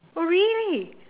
oh really